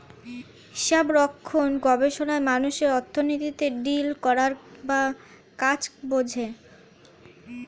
হিসাবরক্ষণ গবেষণায় মানুষ অর্থনীতিতে ডিল করা বা কাজ বোঝে